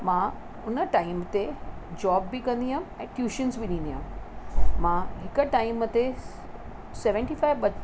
मां हुन टाइम ते जॉब बि कंदी हुअसि ऐं ट्यूशन्स बि ॾींदी हुअसि मां हिक टाइम ते सेवन्टी फ़ाइव ब